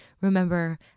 remember